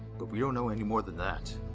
but we don't know any more than that.